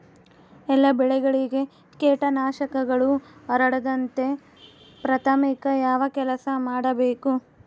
ಎಲ್ಲ ಬೆಳೆಗಳಿಗೆ ಕೇಟನಾಶಕಗಳು ಹರಡದಂತೆ ಪ್ರಾಥಮಿಕ ಯಾವ ಕೆಲಸ ಮಾಡಬೇಕು?